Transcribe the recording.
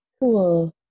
Cool